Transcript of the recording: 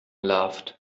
laughed